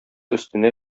өстенә